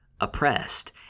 oppressed